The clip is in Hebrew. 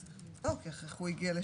צריך לבדוק איך הוא הגיע לשם.